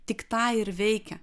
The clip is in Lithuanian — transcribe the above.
tik tą ir veikia